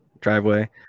driveway